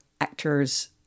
actors